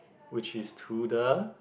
which is to the